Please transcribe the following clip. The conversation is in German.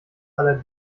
aller